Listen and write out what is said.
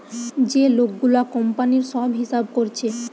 যে লোক গুলা কোম্পানির সব হিসাব কোরছে